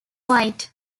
white